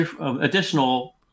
additional